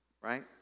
right